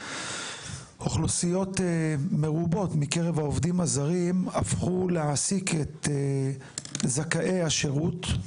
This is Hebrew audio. אוכלוסיות מרובות מקרב העובדים הזרים הפכו להעסיק את זכאי השירות,